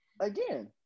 again